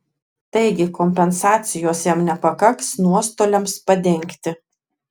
taigi kompensacijos jam nepakaks nuostoliams padengti